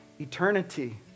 eternity